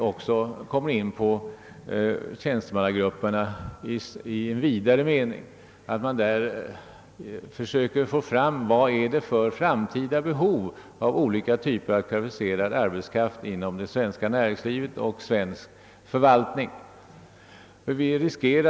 Hittills har rapporten inskränkts till att omfatta bedömning av teknikerbehovet. Dessa rapporter har tidigare i år även berörts i en riksdagsdebatt under april månad med deltagande av bland annat inrikesministern.